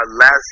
last